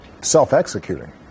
self-executing